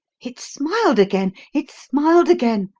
it smiled again! it smiled again!